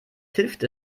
hilft